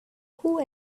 who